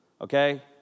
Okay